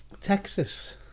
Texas